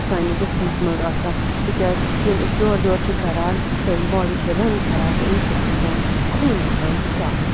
سٲنِس جِسمَس منٛز آسان تِکیازِ ییٚلہِ أسۍ دورٕ دورٕ چھِ کَران سٲنۍ باڈی چھِ رَن کَران تہٕ اَمہِ سۭتۍ چھُ سون خوٗن گژھان صاف